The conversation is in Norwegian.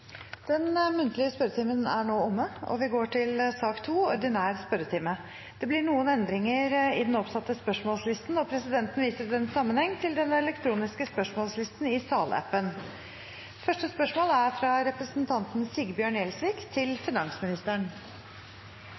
Den muntlige spørretimen er nå omme. Det blir noen endringer i den oppsatte spørsmålslisten, og presidenten viser i den sammenheng til den elektroniske spørsmålslisten i salappen. Endringene var som følger: Spørsmål 4, fra representanten Kjersti Toppe til helseministeren, er trukket tilbake. Spørsmål 6, fra representanten Arild Grande til